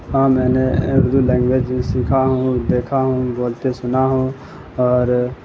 ہاں میں نے اردو لینگویج بھی سیکھا ہوں اور دیکھا ہوں بولتے سنا ہوں اور